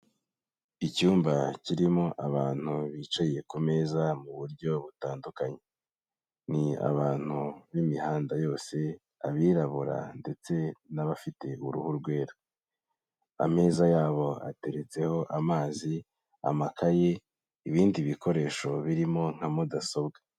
Icyumba kirimo abantu bicaye kumeza mu buryo butandukanye, ni abantu b'imihanda yose, abirabura ndetse n'abafite uruhu rwera, ameza yabo ateretseho amazi, amakayi, ibindi bikoresho birimo nka mudasobwa.